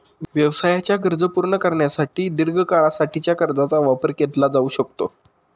व्यवसायाच्या गरजा पूर्ण करण्यासाठी एक दीर्घ काळा साठीच्या कर्जाचा वापर केला घेतला जाऊ शकतो